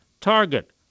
Target